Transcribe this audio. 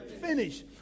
finish